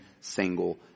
single